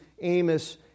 Amos